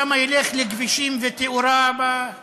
מהם כמה ילך לכבישים ולתאורה, לא.